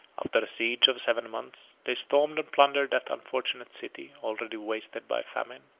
after a siege of seven months, they stormed and plundered that unfortunate city, already wasted by famine.